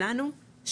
שלנו,